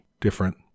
different